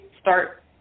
start